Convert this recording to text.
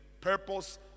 purpose